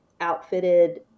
outfitted